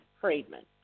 Friedman